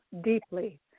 deeply